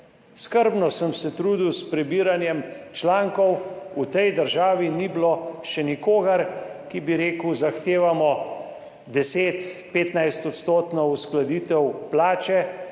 Skrbno sem se trudil s prebiranjem člankov. V tej državi ni bilo še nikogar, ki bi rekel: zahtevamo 10, 15 odstotno uskladitev plače,